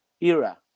era